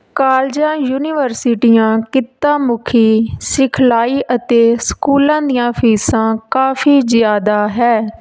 ਕਾਲਜਾਂ ਯੂਨੀਵਰਸਿਟੀਆਂ ਕਿੱਤਾ ਮੁਖੀ ਸਿਖਲਾਈ ਅਤੇ ਸਕੂਲਾਂ ਦੀਆਂ ਫੀਸਾਂ ਕਾਫੀ ਜ਼ਿਆਦਾ ਹੈ